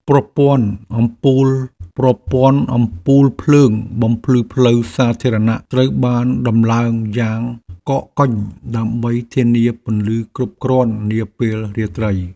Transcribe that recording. ប្រព័ន្ធអំពូលភ្លើងបំភ្លឺផ្លូវសាធារណៈត្រូវបានដំឡើងយ៉ាងកកកុញដើម្បីធានាពន្លឺគ្រប់គ្រាន់នាពេលរាត្រី។